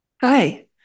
Hi